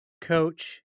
coach